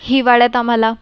हिवाळ्यात आम्हाला